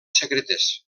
secretes